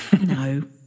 no